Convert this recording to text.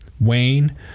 Wayne